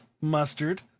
mustard